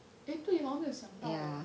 eh 对 hor 没有想到 xiang dao leh